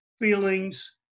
feelings